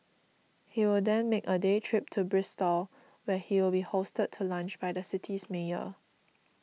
he will then make a day trip to Bristol where he will be hosted to lunch by the city's mayor